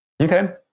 Okay